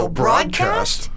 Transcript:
broadcast